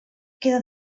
queda